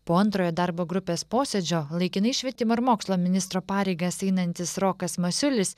po antrojo darbo grupės posėdžio laikinai švietimo ir mokslo ministro pareigas einantis rokas masiulis